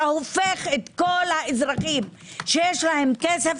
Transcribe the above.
אתה הופך את כל האזרחים שיש להם כסף,